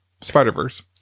Spider-Verse